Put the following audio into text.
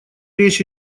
речь